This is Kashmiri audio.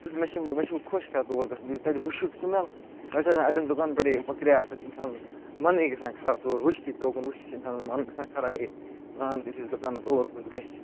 بہٕ چھُس مےٚ چھِ یِم مےٚ چھُ وۄنۍ خۄش کَران تور گژھُن بیٚیہِ تَتیٛک مُشُک سٕمیٚل نَہ تہٕ چھِ آسان اَڑیٚن دُکانَن پٮ۪ٹھ یہٲے مَکریٛار تَتہِ چھُ اِنسانَس مَنٕے گژھان خراب تور وُچھتھٕے توکُن وُچھتھٕے چھُ اِنسانس مَن گژھان خراب ہے لعنتھ یِتھِس دُکانَس اور کُس گژھہِ